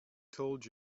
told